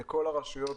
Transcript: בכל הרשויות,